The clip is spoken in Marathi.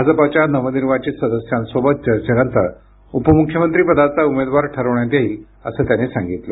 भाजपाच्या नवनिर्वाचित सदस्यांसोबत चर्चेनंतर उप मुख्यमंत्री पदाचा उमेदवार ठरवण्यात येईल असं त्यांनी सांगितलं